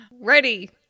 Ready